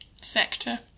sector